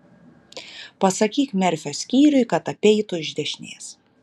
pasakyk merfio skyriui kad apeitų iš dešinės